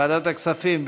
ועדת הכספים,